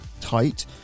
tight